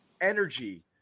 energy